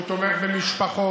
כשהוא תומך במשפחות,